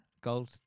gold